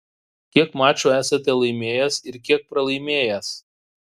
kiek mačų esate laimėjęs ir kiek pralaimėjęs